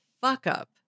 fuck-up